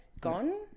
gone